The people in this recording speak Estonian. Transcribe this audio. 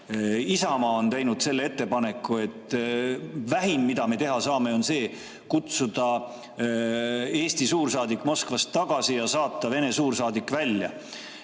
Isamaa on teinud ettepaneku, et vähim, mida me teha saame, on kutsuda Eesti suursaadik Moskvast tagasi ja saata Vene suursaadik välja.